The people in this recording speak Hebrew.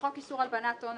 "בחוק איסור הלבנת הון,